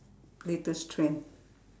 latest trend